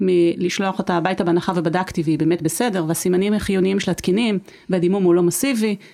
מלשלוח אותה הביתה בהנחה ובדקתי והיא באמת בסדר והסימנים החיוניים שלה תקינים והדימום הוא לא מסיבי